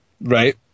right